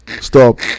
stop